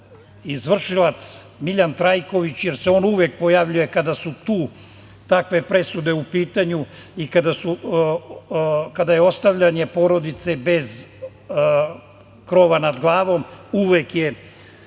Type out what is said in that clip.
izvršilac Miljan Trajković, jer se on uvek pojavljuje kada su takve presude u pitanju i kada je ostavljanje porodice bez krova nad glavom uvek je